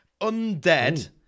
Undead